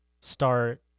start